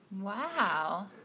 Wow